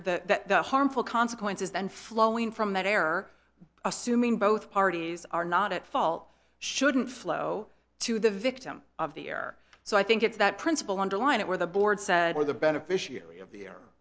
the harmful consequences then flowing from that air assuming both parties are not at fault shouldn't flow to the victim of the air so i think it's that principle underline it where the board said or the beneficiary of